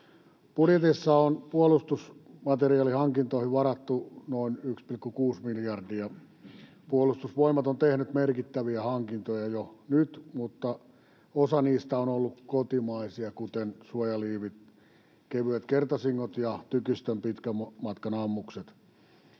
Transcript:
Budjetissa on puolustusmateriaalihankintoihin varattu noin 1,6 miljardia. Puolustusvoimat on tehnyt merkittäviä hankintoja jo nyt, mutta osa niistä on ollut kotimaisia, kuten suojaliivit, kevyet kertasingot ja tykistön pitkän matkan ammukset.